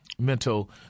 mental